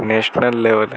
national લેવલે